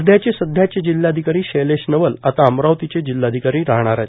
वध्ध्याचे सध्याचे जिल्हाधिकारी शैलेष नवल आता अमरावतीचे जिल्हाधिकारी राहणार आहे